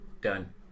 Done